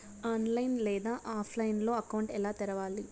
online లేదా ఆఫ్లైన్లో account ఎలా తెరవాలి